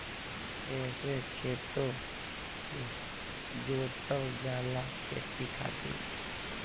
एहसे खेतो के जोतल जाला खेती खातिर